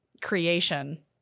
creation